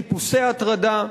חיפושי הטרדה,